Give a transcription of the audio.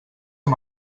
amb